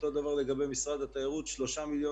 אותו דבר לגבי משרד התיירות 3 מיליון